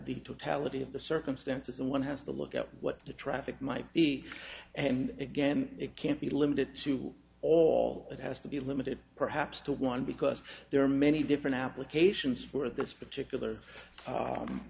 of the circumstances and one has to look at what the traffic might be and again it can't be limited to all that has to be limited perhaps to one because there are many different applications for this particular